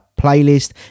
playlist